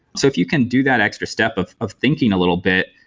so if you can do that extra step of of thinking a little bit,